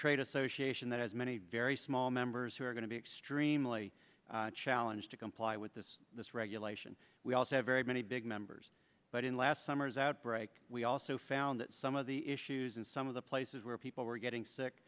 trade association that has many very small members who are going to be extremely challenge to comply with this this regulation we also have very many big members but in last summer's outbreak we also found that some of the issues and some of the places where people were getting sick